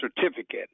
certificate